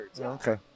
Okay